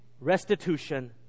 restitution